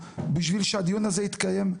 בשביל שהדיון הזה יתקיים,